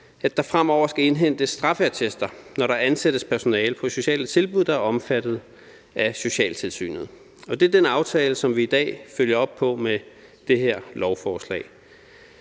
at der fremover skal indhentes straffeattest, når der ansættes personale på sociale tilbud, der er omfattet af socialtilsynet, og det er den aftale, som vi i dag følger op med det her lovforslag.